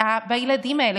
פגיעה בילדים האלה,